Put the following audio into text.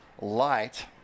light